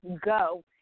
go